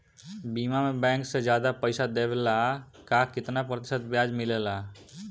बीमा में बैंक से ज्यादा पइसा देवेला का कितना प्रतिशत ब्याज मिलेला?